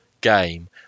game